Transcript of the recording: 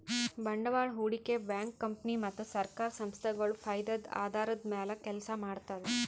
ಬಂಡವಾಳ್ ಹೂಡಿಕೆ bank company ಮತ್ತ್ ಸರ್ಕಾರ್ ಸಂಸ್ಥಾಗೊಳ್ ಫೈದದ್ದ್ ಆಧಾರದ್ದ್ ಮ್ಯಾಲ್ ಕೆಲಸ ಮಾಡ್ತದ್